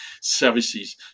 services